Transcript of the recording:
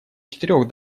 четырех